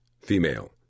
Female